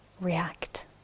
react